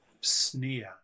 sneer